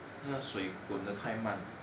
那个水滚得太慢